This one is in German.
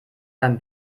beim